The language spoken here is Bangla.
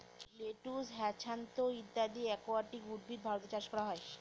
লেটুস, হ্যাছান্থ ইত্যাদি একুয়াটিক উদ্ভিদ ভারতে চাষ করা হয়